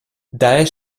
daher